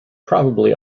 probably